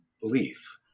belief